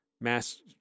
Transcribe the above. mass